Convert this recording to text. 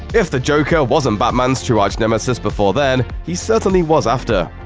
if the joker wasn't batman's true arch-nemesis before then, he certainly was after.